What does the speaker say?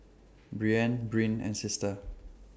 Breanne Bryn and Sister